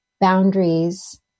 boundaries